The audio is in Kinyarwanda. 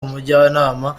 umujyanama